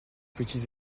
petits